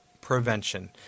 prevention